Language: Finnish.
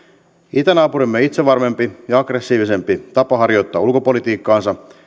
itänaapurimme itsevarmempi ja aggressiivisempi tapa harjoittaa ulkopolitiikkaansa